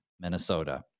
Minnesota